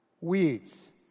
weeds